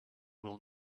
will